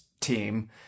team